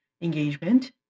engagement